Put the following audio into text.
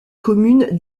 commune